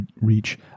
reach